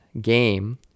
game